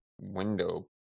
window